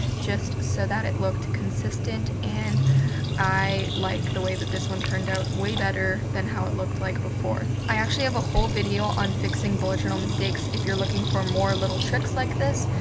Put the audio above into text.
just so that it looked consistent. and i like the way this one turned out way better than how it looked like before. i actually have a whole video on fixing bullet journal mistakes if you are looking for more little tricks like this.